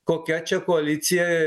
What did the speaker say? kokia čia koalicija